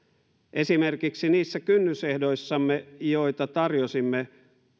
esimerkiksi niissä kynnysehdoissamme joita tarjosimme